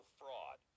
fraud